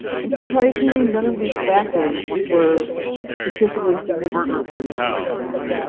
and surprisingly, none of these factors were statistically significant for these questions.